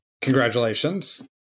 congratulations